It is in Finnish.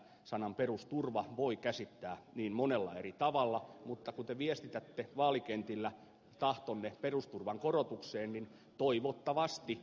sanan perusturva voi käsittää niin monella eri tavalla mutta kun te viestitätte vaalikentillä tahtonne perusturvan korotukseen niin toivottavasti ed